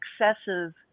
excessive